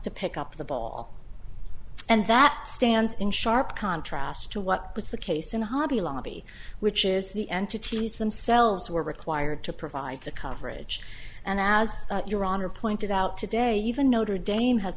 to pick up the ball and that stands in sharp contrast to what was the case in the hobby lobby which is the entities themselves who are required to provide the coverage and as your honor pointed out today even notre dame has